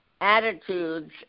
attitudes